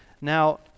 Now